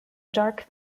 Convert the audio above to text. dark